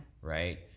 Right